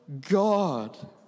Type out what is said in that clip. God